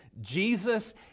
Jesus